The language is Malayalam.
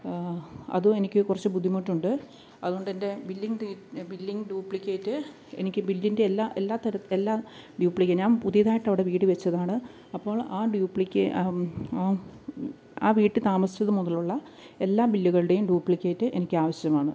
അതുമെനിക്ക് കുറച്ച് ബുദ്ധിമുട്ടുണ്ട് അതുകൊണ്ടെൻ്റെ ബില്ലിംഗ് ഡേറ്റ് ബില്ലിംഗ് ഡ്യൂപ്ലിക്കേറ്റ് എനിക്ക് ബില്ലിൻ്റെ എല്ലാ എല്ലാ തര എല്ലാ ഡ്യൂപ്ലിക്ക ഞാൻ പുതിയതായിട്ട് അവിടെ വീട് വെച്ചതാണ് അപ്പോള് ആ ഡ്യൂപ്ലിക്ക ആ ആ വീട്ടിൽ താമസിച്ചത് മുതലുള്ള എല്ലാ ബില്ലുകളുടെയും ഡ്യൂപ്ലിക്കേറ്റ് എനിക്കാവശ്യമാണ്